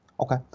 Okay